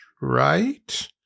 right